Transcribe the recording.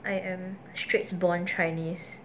I am strait's born chinese